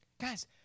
Guys